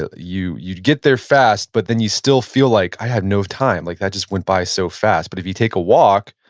ah you get there fast but then you still feel like, i had no time. like that just went by so fast. but if you take a walk,